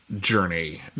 journey